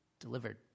delivered